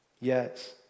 Yes